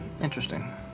interesting